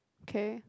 K